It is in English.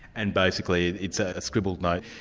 and basically it's ah a scribbled note,